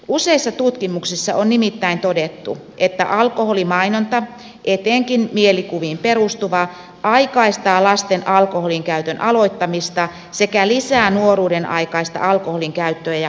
useissa tutkimuksissa on nimittäin todettu että alkoholimainonta etenkin mielikuviin perustuva aikaistaa lasten alkoholinkäytön aloittamista sekä lisää nuoruudenaikaista alkoholinkäyttöä ja humalajuomista